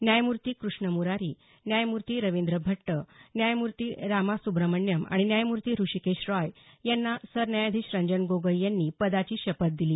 न्यायमूर्ती कृष्ण मुरारी न्यायमूर्ती रवींद्र भट्ट न्यायमूर्ती रामासुब्रमण्यन आणि न्यायमूर्ती ऋषिकेश रॉय यांना सरन्यायाधीश रंजन गोगोई यांनी पदाची शपथ दिली